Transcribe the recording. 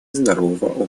здорового